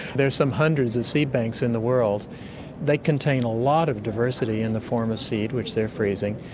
there are some hundreds of seed banks in the world, and they contain a lot of diversity in the form of seed, which they're freezing,